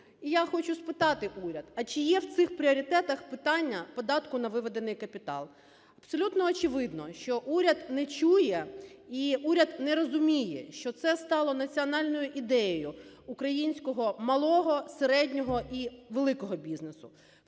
І я хочу спитати уряд, а чи є в цих пріоритетах питання податку на виведений капітал? Абсолютно очевидно, що уряд не чує і уряд не розуміє, що це стало національною ідеєю українського малого, середнього і великого бізнесу.